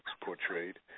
portrayed